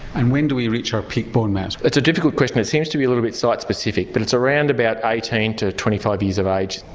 and when do we reach our peak bone mass? that's a difficult question, it seems to be a little bit site specific but it's around about eighteen to twenty five years of age.